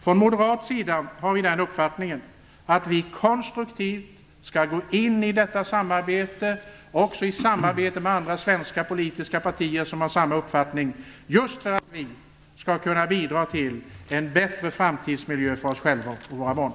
Från moderat sida har vi uppfattningen att vi konstruktivt skall gå in i detta samarbete, också i samarbete med andra svenska politiska partier som har samma uppfattning, just för att vi skall kunna bidra till en bättre framtidsmiljö för oss själva och våra barn.